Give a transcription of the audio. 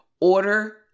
order